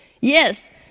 Yes